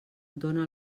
dóna